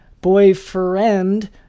boyfriend